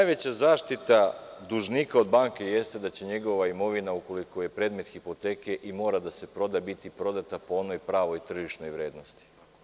Najveća zaštita dužnika od banke jeste da će njegova imovina, ukoliko je predmet hipoteke i mora da se proda biti prodata po onoj pravoj tržišnoj vrednosti.